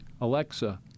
Alexa